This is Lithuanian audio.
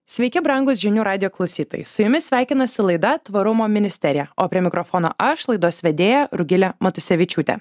sveiki brangūs žinių radijo klausytojai su jumis sveikinasi laida tvarumo ministerija o prie mikrofono aš laidos vedėja rugilė matusevičiūtė